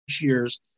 years